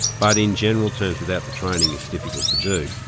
but in general terms, without the training, it's difficult to do.